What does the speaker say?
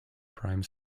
prime